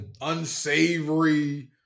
unsavory –